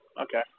Okay